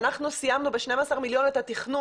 אנחנו סיימנו ב-12 מיליון את התכנון,